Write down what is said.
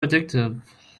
addictive